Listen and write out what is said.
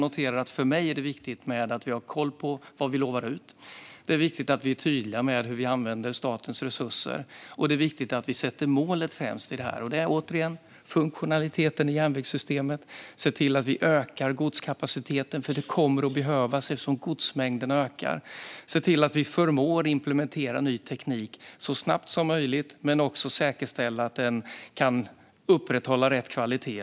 För mig är det dock viktigt att vi har koll på vad vi lovar. Det är viktigt att vi är tydliga med hur vi använder statens resurser. Det är också viktigt att sätta målet främst. Det handlar återigen om funktionaliteten i järnvägssystemet. Vi måste öka godskapaciteten. Det kommer att behövas, eftersom godsmängden ökar. Vi måste se till att förmå att så snabbt som möjligt implementera ny teknik men också säkerställa att den kan upprätthålla rätt kvalitet.